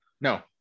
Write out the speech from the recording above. no